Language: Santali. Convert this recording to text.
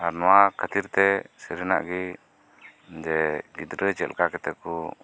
ᱟᱨ ᱱᱚᱶᱟ ᱠᱷᱟᱹᱛᱤᱨ ᱛᱮ ᱥᱟᱹᱨᱤᱱᱟᱜ ᱜᱮ ᱡᱮ ᱜᱤᱫᱽᱨᱟᱹ ᱪᱮᱫ ᱞᱮᱠᱟ ᱠᱟᱛᱮ ᱠᱚ